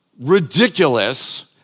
ridiculous